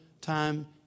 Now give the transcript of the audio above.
time